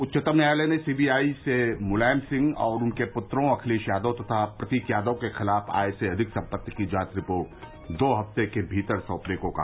उच्चतम न्यायालय ने सीबीआई से मुलायम सिंह और उनके पूत्रों अखिलेश यादव तथा प्रतीक यादव के खिलाफ आय से अधिक संपत्ति की जांच रिपोर्ट दो हफ्ते के भीतर सौंपने को कहा